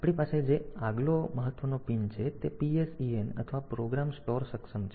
આપણી પાસે જે આગલો મહત્વનો પિન છે તે PSEN અથવા પ્રોગ્રામ સ્ટોર સક્ષમ છે